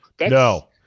No